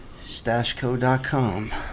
Stashco.com